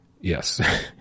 Yes